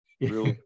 real